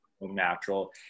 natural